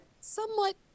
somewhat